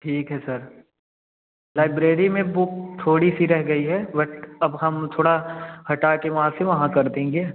ठीक है sir library में बुक थोड़ी सी रह गयी है बट अब हम थोड़ा हटा के वहाँ से वहाँ कर देंगे